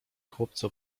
chłopcy